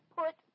put